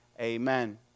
amen